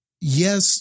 yes